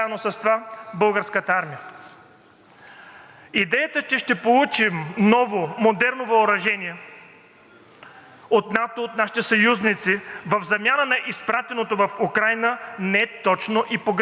от НАТО, от нашите съюзници, в замяна на изпратено в Украйна не е точна и е погрешна. Ще получим ново въоръжение, но тогава, когато си го купим и когато ни го дадат. Справка: